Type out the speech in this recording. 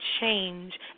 change